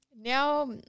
Now